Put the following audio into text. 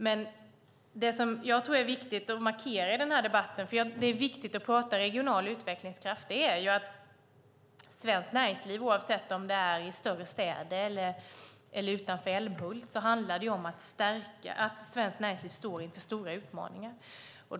Men det som jag tror är viktigt att markera i den här debatten, för det är viktigt att prata regional utvecklingskraft, är att svenskt näringsliv står inför stora utmaningar, oavsett om det är i större städer eller utanför Älmhult.